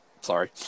sorry